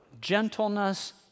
Gentleness